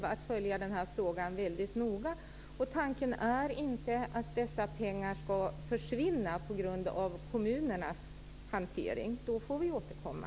Tanken är inte att dessa pengar ska försvinna på grund av kommunernas hantering. Då får vi återkomma.